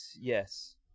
yes